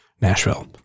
Nashville